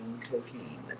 cocaine